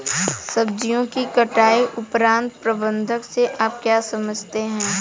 सब्जियों के कटाई उपरांत प्रबंधन से आप क्या समझते हैं?